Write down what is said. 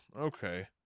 Okay